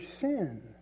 sin